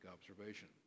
observation